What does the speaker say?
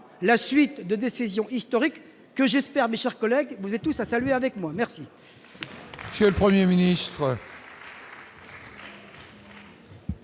la suite de décisions historiques que j'espère me chers collègues, vous êtes tout ça lui avec moi merci.